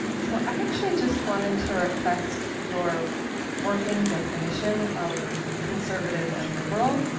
so i actually just wanted to request your working definition of conservative and liberal,